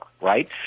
right